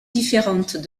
différentes